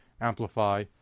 amplify